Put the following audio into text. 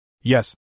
Yes